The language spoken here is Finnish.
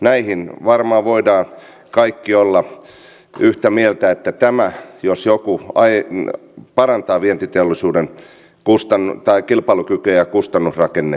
näistä varmaan voimme kaikki olla yhtä mieltä että tämä jos joku parantaa vientiteollisuuden kilpailukykyä ja kustannusrakennetta